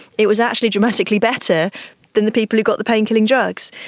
it was actually dramatically better than the people who got the painkilling drugs.